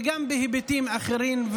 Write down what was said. וגם בהיבטים אחרים,